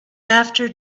after